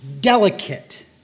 delicate